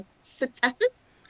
successes